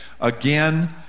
again